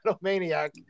maniac